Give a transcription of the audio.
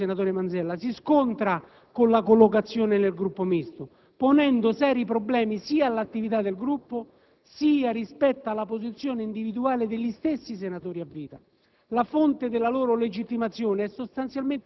La posizione dei senatori a vita, senatore Manzella, si scontra con la collocazione nel Gruppo Misto, ponendo seri problemi sia all'attività del Gruppo, sia rispetto alla posizione individuale degli stessi senatori a vita.